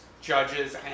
Judges